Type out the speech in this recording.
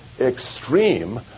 extreme